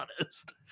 honest